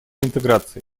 интеграции